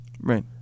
right